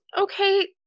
okay